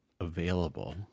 available